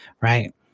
right